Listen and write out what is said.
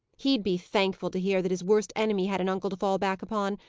he'd be thankful to hear that his worst enemy had an uncle to fall back upon.